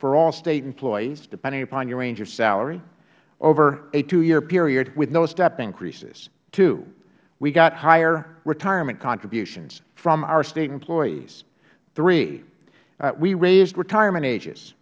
for all state employees depending upon your range of salary over a two year period with no step increases two we got higher retirement contributions from our state employees three we raised retirement ages